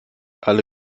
alle